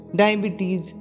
diabetes